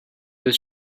does